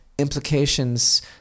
implications